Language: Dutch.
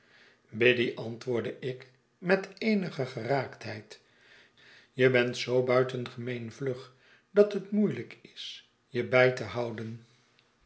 biddy antwoordde ik met eenige geraaktheid je bent zoo buitengemeen vlug dat het moeielijk is je bij te houden